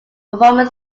performing